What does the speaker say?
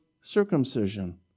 circumcision